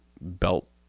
belt